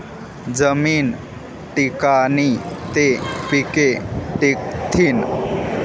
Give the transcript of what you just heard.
जमीन टिकनी ते पिके टिकथीन